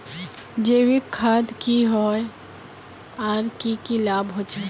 जैविक खाद की होय आर की की लाभ होचे?